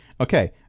Okay